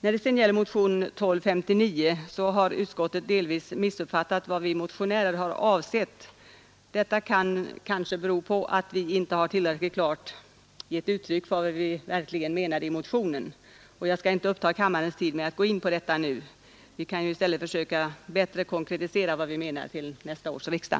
När det sedan gäller motionen 1259 har utskottet delvis missuppfattat vad vi motionärer har avsett. Detta kan bero på att det inte kommit tillräckligt klart till uttryck i motionen. Jag skall emellertid inte uppta kammarens tid med att gå in på detta nu; vi kan i stället försöka att bättre konkretisera vad vi menar vid nästa års riksdag.